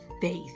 faith